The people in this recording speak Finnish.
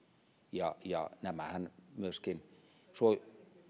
ja ja myöskin